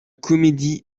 comédie